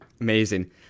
Amazing